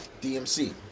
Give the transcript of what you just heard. DMC